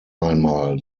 einmal